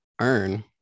earn